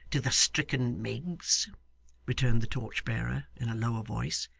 to the stricken miggs returned the torch-bearer in a lower voice.